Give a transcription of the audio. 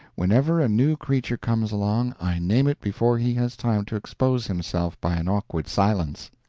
whenever a new creature comes along i name it before he has time to expose himself by an awkward silence.